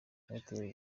airtel